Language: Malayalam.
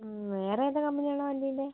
വേറെ ഏതു കമ്പനിയാണ് ഉള്ളത് വണ്ടീൻ്റെ